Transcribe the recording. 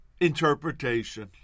interpretation